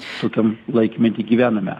tokiam laikmety gyvename